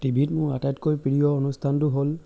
T ভিত মোৰ আটাইতকৈ প্ৰিয় অনুষ্ঠানটো হ'ল